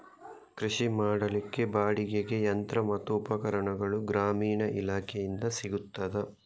ಕೃಷಿ ಮಾಡಲಿಕ್ಕೆ ಬಾಡಿಗೆಗೆ ಯಂತ್ರ ಮತ್ತು ಉಪಕರಣಗಳು ಗ್ರಾಮೀಣ ಇಲಾಖೆಯಿಂದ ಸಿಗುತ್ತದಾ?